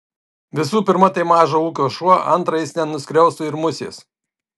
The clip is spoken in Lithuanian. visų pirma tai mažo ūgio šuo antra jis nenuskriaustų ir musės